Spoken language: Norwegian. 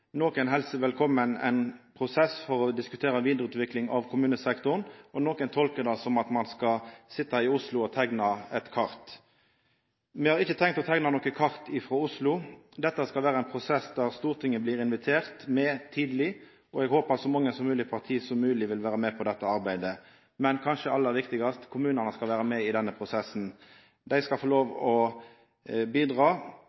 Nokon helsar velkommen ein prosess for å diskutera ei vidareutvikling av kommunesektoren, og nokon tolkar det som at ein skal sitja i Oslo og teikna eit kart. Me har ikkje tenkt å teikna noko kart frå Oslo. Dette skal vera ein prosess der Stortinget blir invitert med tidleg, og eg håpar så mange parti som mogleg vil vera med på dette arbeidet. Men det kanskje aller viktigaste: Kommunane skal vera med i denne prosessen. Dei skal få